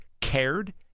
cared